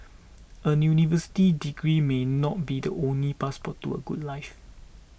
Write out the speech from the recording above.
a university degree may not be the only passport to a good life